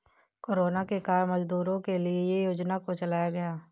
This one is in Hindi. कोरोना के कारण मजदूरों के लिए ये योजना को चलाया गया